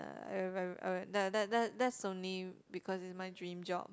uh I w~ I w~ that that that's only because is my dream job